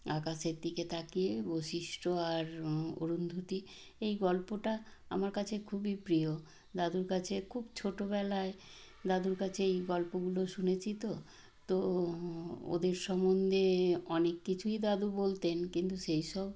আকাশের দিকে তাকিয়ে বশিষ্ঠ আর অরুন্ধতি এই গল্পটা আমার কাছে খুবই প্রিয় দাদুর কাছে খুব ছোটবেলায় দাদুর কাছে এই গল্পগুলো শুনেছি তো তো ওদের সম্বন্ধে অনেক কিছুই দাদু বলতেন কিন্তু সেই সব